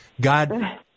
God